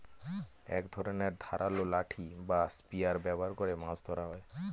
এক ধরনের ধারালো লাঠি বা স্পিয়ার ব্যবহার করে মাছ ধরা হয়